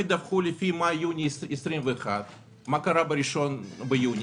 הם ידווחו לפי מאי-יוני 2021. מה קרה ב-1 ביוני?